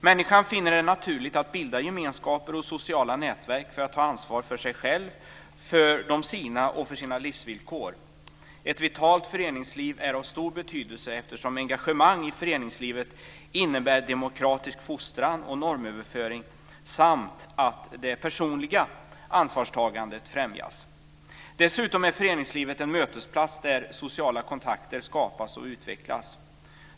Människan finner det naturligt att bilda gemenskaper och sociala nätverk för att ta ansvar för sig själva och för de sina samt för sina livsvillkor. Ett vitalt föreningsliv är av stor betydelse eftersom engagemang i föreningslivet innebär demokratisk fostran och normöverföring samt att det personliga ansvarstagandet främjas. Dessutom är föreningslivet en mötesplats där sociala kontakter skapas och utvecklas.